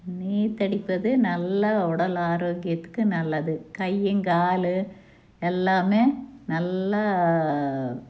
நீச்சடிப்பது நல்லா உடல் ஆரோக்கியத்துக்கு நல்லது கையும் காலும் எல்லாமே நல்லா